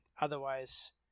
Otherwise